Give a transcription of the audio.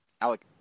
Alec